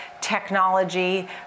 technology